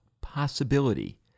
possibility